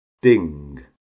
ding